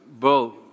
Bill